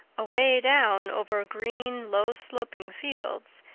away down over green, low-sloping fields,